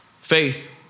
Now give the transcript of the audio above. faith